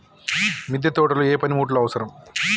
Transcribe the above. మిద్దె తోటలో ఏ పనిముట్లు అవసరం?